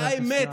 זו האמת,